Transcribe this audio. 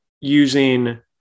using